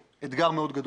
אתגר מאוד גדול.